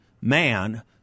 man